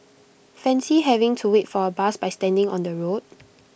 fancy having to wait for A bus by standing on the road